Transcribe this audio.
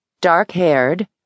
Dark-haired